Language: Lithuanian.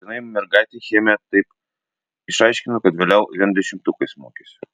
vienai mergaitei chemiją taip išaiškinau kad vėliau vien dešimtukais mokėsi